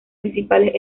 principales